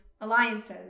alliances